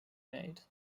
made